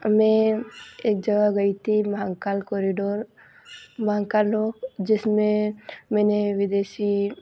मैं एक जगह गई थी महाकाल कोरिडोर वहाँ का लोग जिसमें मैंने विदेशी